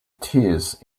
tears